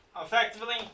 effectively